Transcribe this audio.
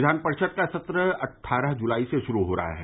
विधान परिषद का सत्र अट्गरह जुलाई से शुरू हो रहा है